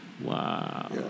Wow